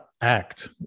act